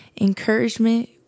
encouragement